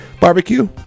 barbecue